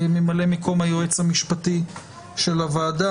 ממלא מקום היועמ"ש של הוועדה.